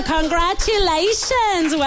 Congratulations